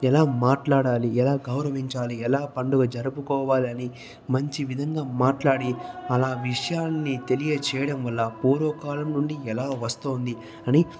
ఎలా మాట్లాడాలి ఎలా గౌరవించాలి ఎలా పండుగ జరుపుకోవాలి అని మంచి విధంగా మాట్లాడి అలా విషయాన్ని తెలియజేయడం వల్ల పూర్వకాలం నుండి ఎలా వస్తోంది అని